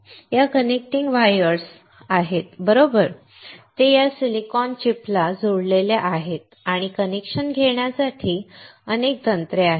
या connecting wires बरोबर ते या सिलिकॉन चिपला जोडलेले आहेत आणि कनेक्शन घेण्यासाठी अनेक तंत्रे आहेत